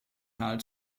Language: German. carl